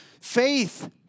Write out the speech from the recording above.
faith